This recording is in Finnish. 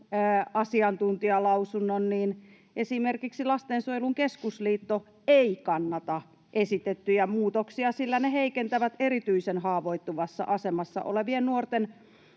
asiantuntijalausunnon, niin esimerkiksi Lastensuojelun Keskusliitto ei kannata esitettyjä muutoksia, sillä ne heikentävät erityisen haavoittuvassa asemassa olevien nuorten